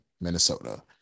Minnesota